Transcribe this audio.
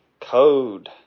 code